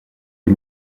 les